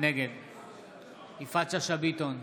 נגד יפעת שאשא ביטון,